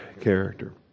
character